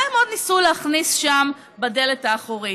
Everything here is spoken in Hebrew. מה הם עוד ניסו להכניס שם בדלת האחורית?